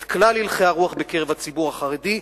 את כלל הלכי הרוח בקרב הציבור החרדי.